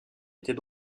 était